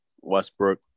Westbrook